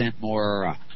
more